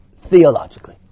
theologically